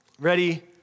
Ready